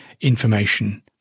information